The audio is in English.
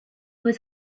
was